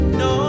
no